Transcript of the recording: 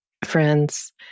friend's